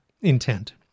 intent